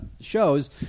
Shows